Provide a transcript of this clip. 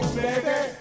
baby